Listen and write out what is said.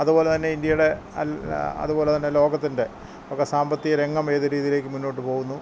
അതുപോലെ തന്നെ ഇൻഡ്യയുടെ അതുപോലെതന്നെ ലോകത്തിൻ്റെ സാമ്പത്തിക രംഗം ഏതു രീതിയിലേക്ക് മുന്നോട്ടുപോകുന്നു